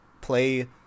play